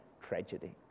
tragedy